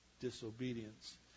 disobedience